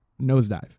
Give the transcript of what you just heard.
nosedive